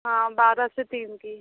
हाँ बारह से तीन की